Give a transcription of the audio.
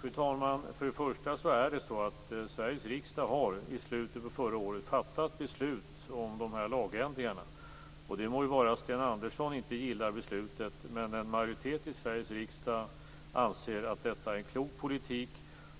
Fru talman! Sveriges riksdag fattade i slutet på förra året beslut om de här lagändringarna. Det må vara att Sten Andersson inte gillar beslutet, men en majoritet i Sveriges riksdag anser att detta är en klok politik